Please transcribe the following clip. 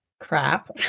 crap